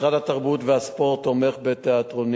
משרד התרבות והספורט תומך בתיאטראות